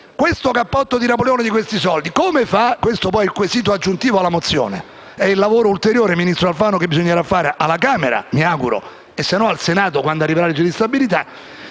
questo cappotto di Napoleone, come si fa? Questo è il quesito aggiuntivo alla mozione ed è il lavoro ulteriore, ministro Alfano, che bisognerà fare alla Camera, mi auguro, e sennò al Senato, quando arriverà la legge di stabilità.